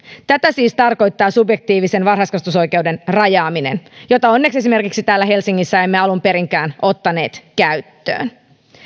tätä siis tarkoittaa subjektiivisen varhaiskasvatusoikeuden rajaaminen jota onneksi esimerkiksi täällä helsingissä emme alun perinkään ottaneet käyttöön